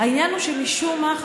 והעניין הוא שמשום מה,